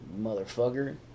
Motherfucker